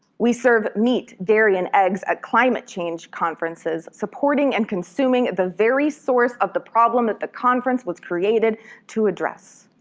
we serve meat, dairy and eggs at climate change conferences, supporting and consuming the very source of the problem that the conference was created to address.